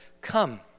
come